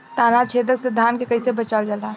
ताना छेदक से धान के कइसे बचावल जाला?